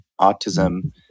autism